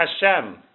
Hashem